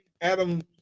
Adam